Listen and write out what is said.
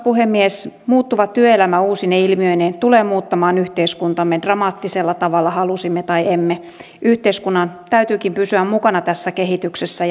puhemies muuttuva työelämä uusine ilmiöineen tulee muuttamaan yhteiskuntaamme dramaattisella tavalla halusimme tai emme yhteiskunnan täytyykin pysyä mukana tässä kehityksessä